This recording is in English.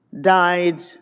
died